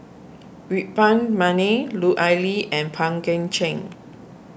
Yuen Peng McNeice Lut Ali and Pang Guek Cheng